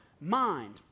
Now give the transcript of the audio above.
mind